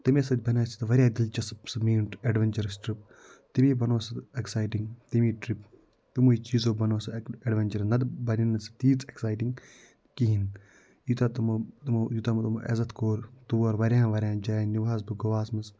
تٔمی سۭتۍ بنایہِ سٔہ واریاہ دِلچَسٕپ سٔہ میٲنۍ سٔہ اٮ۪ڈوَنچَرٕس ٹرٛپ تٔمی بناو سُہ اٮ۪کسایٹِنٛگ تٔمی ٹرٛپہِ تِموٕے چیٖزَو بناو سُہ اٮ۪ڈوَنچَر نَتہِ بَنہِ ہے نہٕ سٔہ تیٖژ اٮ۪کسایٹِنٛگ کِہیٖنۍ یوٗتاہ تِمَو تِمَو مطلب عزت کوٚر تور واریاہَن واریاہَن جایَن نِوٕہَس بہٕ گۄوَاہَس منٛز